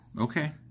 Okay